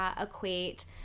equate